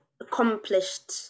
accomplished